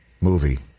movie